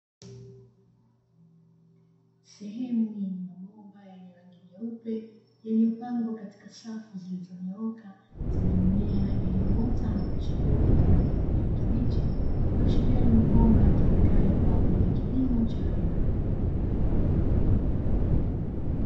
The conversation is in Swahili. Sehemu yenye mabomba yenye rangi nyeupe, yaliyopangwa katika safu zilizonyooka zenye mimea iliyoota na kuchipua kwa rangi ya kijani kibichi, kuashiria ni mabomba yatumikayo kwa ajili ya kilimo cha haidroponi.